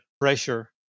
pressure